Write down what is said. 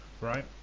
Right